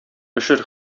пешер